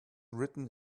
written